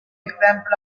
example